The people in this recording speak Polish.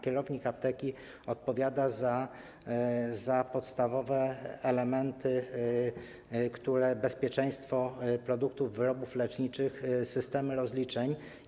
Kierownik apteki odpowiada za podstawowe elementy, za bezpieczeństwo produktów, wyrobów leczniczych, systemy rozliczeń.